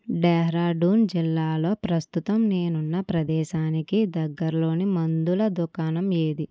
డెహ్రాడూన్ జిల్లాలో ప్రస్తుతం నేనున్న ప్రదేశానికి దగ్గరలోని మందుల దుకాణం ఏది